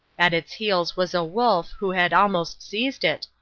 at its heels was a wolf, who had almost seized it,